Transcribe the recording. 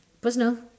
personal